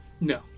No